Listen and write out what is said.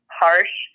harsh